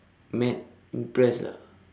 mad impressed ah